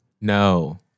No